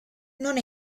non